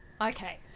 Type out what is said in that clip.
Okay